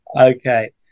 okay